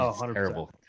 Terrible